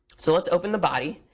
so let's open the body.